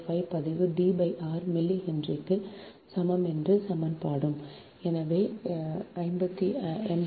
4605 பதிவு D r milli ஹென்றிக்கு சமம் இது சமன்பாடு 59